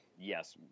yes